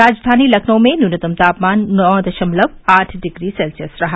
राजधानी लखनऊ में न्यूनतम तापमान नौ दरामलव आठ डिग्री सेल्सियस रहा